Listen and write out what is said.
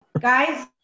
Guys